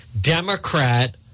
Democrat